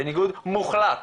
בניגוד מוחלט